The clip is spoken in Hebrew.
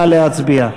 נא להצביע.